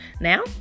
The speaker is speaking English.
Now